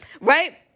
right